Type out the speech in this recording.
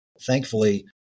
thankfully